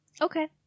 Okay